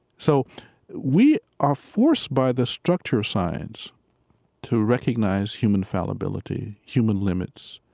so we are forced by the structure of science to recognize human fallibility, human limits.